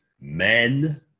men